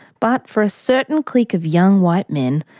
but for a certain clique of young white men,